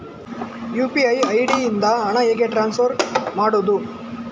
UPI ID ಇಂದ ಹಣ ಹೇಗೆ ಟ್ರಾನ್ಸ್ಫರ್ ಮಾಡುದು?